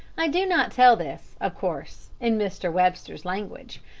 i do not tell this, of course, in mr. webster's language,